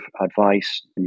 advice